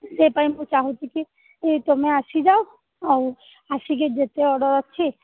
ସେଇପାଇଁ ମୁଁ ଚାଁହୁଛି କି ତମେ ଆସିଯାଅ ଆଉ ଆସିକି ଯେତେ ଅର୍ଡ଼ର ଅଛି